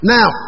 Now